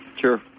Sure